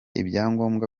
ibyangombwa